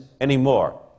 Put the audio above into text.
anymore